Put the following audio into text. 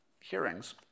hearings